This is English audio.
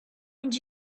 and